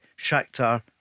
Shakhtar